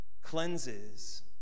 cleanses